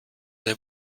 der